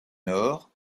nord